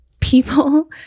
people